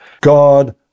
God